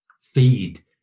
feed